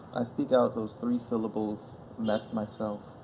i speak out those three syllables less myself.